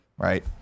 Right